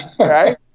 okay